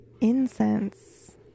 Incense